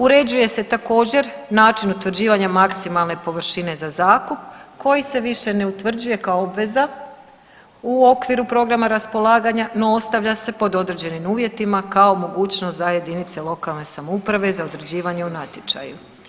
Uređuje se također način utvrđivanja maksimalne površine za zakup koji se više ne utvrđuje kao obveza u okviru programa raspolaganja no ostavlja se pod određenim uvjetima kao mogućnost za jedinice lokalne samouprave za određivanje u natječaju.